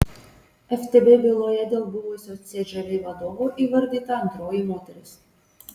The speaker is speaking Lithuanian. ftb byloje dėl buvusio cžv vadovo įvardyta antroji moteris